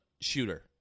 shooter